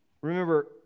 Remember